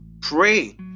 pray